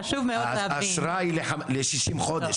האשרה היא ל- 63 חודשים.